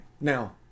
Now